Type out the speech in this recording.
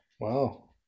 Wow